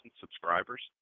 subscribers